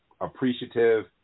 appreciative